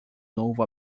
novo